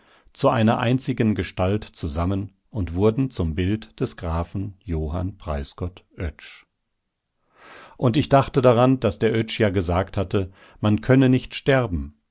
zu einer einzigen gestalt zusammen und wurden zum bild des grafen johann preisgott oetsch und ich dachte daran daß der oetsch ja gesagt hatte man könne nicht sterben